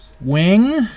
Wing